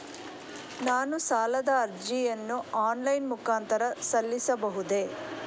ನಾನು ಸಾಲದ ಅರ್ಜಿಯನ್ನು ಆನ್ಲೈನ್ ಮುಖಾಂತರ ಸಲ್ಲಿಸಬಹುದೇ?